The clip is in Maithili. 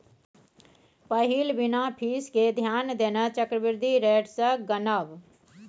पहिल बिना फीस केँ ध्यान देने चक्रबृद्धि रेट सँ गनब